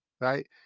right